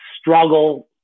struggle